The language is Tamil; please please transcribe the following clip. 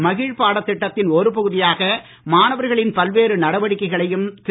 மகிழ் பாடத் திட்டத்தின் ஒரு பகுதியாக மாணவர்களின் பல்வேறு நடவடிக்கைகளையும் திரு